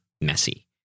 messy